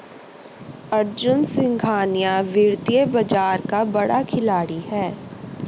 अर्जुन सिंघानिया वित्तीय बाजार का बड़ा खिलाड़ी है